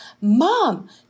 mom